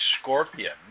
scorpion